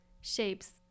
shapes